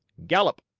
gallop!